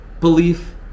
belief